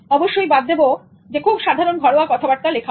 অবশ্যই বাদ দেওয়া উচিত খুব সাধারন ঘরোয়া কথাবার্তা লেখাও